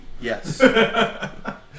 Yes